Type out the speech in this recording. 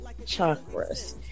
chakras